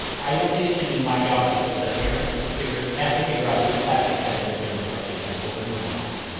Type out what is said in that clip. i don't think it should be my job, like as a parent to figure have to figure out which plastics have endocrine disrupting chemicals in the more not,